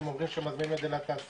הוא אומר שהוא מזמין את זה לתעשייה